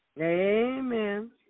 Amen